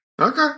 Okay